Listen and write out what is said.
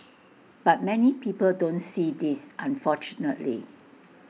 but many people don't see this unfortunately